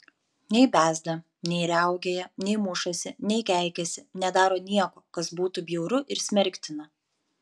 nei bezda nei riaugėja nei mušasi nei keikiasi nedaro nieko kas būtų bjauru ir smerktina